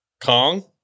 kong